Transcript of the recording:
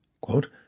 quote